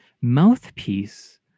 mouthpiece